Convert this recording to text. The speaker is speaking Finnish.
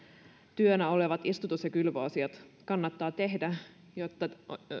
työnä olevat istutus ja kylvöasiat kannattaa tehdä